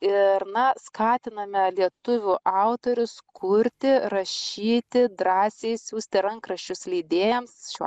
ir na skatiname lietuvių autorius kurti rašyti drąsiai siųsti rankraščius leidėjams šiuo